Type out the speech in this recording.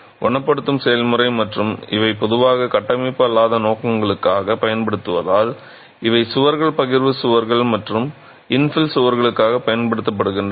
குணப்படுத்தும் செயல்முறை மற்றும் இவை பொதுவாக கட்டமைப்பு அல்லாத நோக்கங்களுக்காகப் பயன்படுத்தப்படுவதால் இவை சுவர்கள் பகிர்வு சுவர்கள் மற்றும் இன்ஃபில் சுவர்களுக்குப் பயன்படுத்தப்படுகின்றன